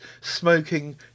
smoking